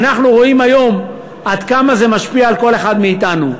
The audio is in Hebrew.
ואנחנו רואים היום עד כמה זה משפיע על כל אחד מאתנו.